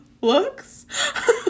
looks